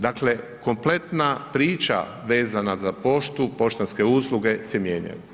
Dakle, kompletna priča vezana za poštu, poštanske usluge se mijenjaju.